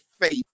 faith